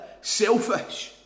selfish